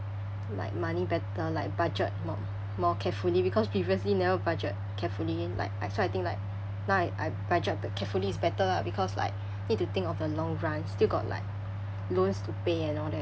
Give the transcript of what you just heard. like money better like budget mo~ more carefully because previously never budget carefully like I so I think like now I I budget be~ carefully is better lah because like need to think for the long run still got like loans to pay and all that